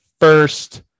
first